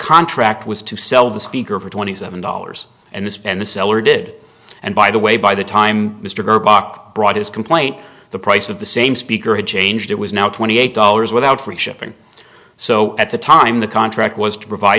contract was to sell the speaker for twenty seven dollars and this and the seller did and by the way by the time mr durbach brought his complaint the price of the same speaker had changed it was now twenty eight dollars without free shipping so at the time the contract was to provide